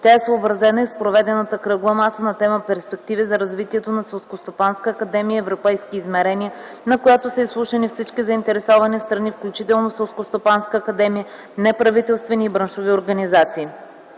Тя е съобразена и с проведената Кръгла маса на тема „Перспективи за развитието на Селскостопанската академия – европейски измерения”, на която са изслушани всички заинтересовани страни, включително Селскостопанската академия, неправителствени и браншови организации.